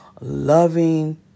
loving